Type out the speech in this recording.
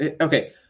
okay